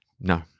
No